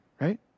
right